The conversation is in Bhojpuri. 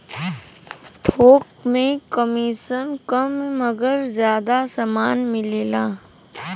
थोक में कमिसन कम मगर जादा समान मिलेला